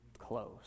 Close